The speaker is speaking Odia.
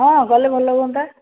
ହଁ ଗଲେ ଭଲ ହୁଅନ୍ତା